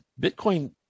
Bitcoin